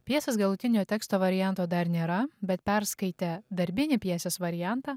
pjesės galutinio teksto varianto dar nėra bet perskaitę darbinį pjesės variantą